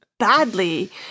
badly